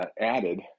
added